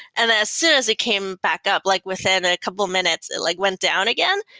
and as soon as it came back up like within a couple minutes, it like went down again,